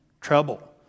trouble